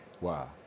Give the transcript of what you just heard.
Wow